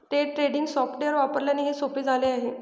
day trading software वापरल्याने हे सोपे झाले आहे